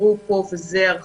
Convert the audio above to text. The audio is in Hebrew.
שאמר